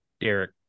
Derek